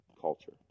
culture